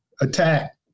attack